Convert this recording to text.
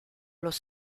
los